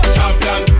Champion